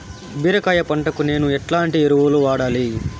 బీరకాయ పంటకు నేను ఎట్లాంటి ఎరువులు వాడాలి?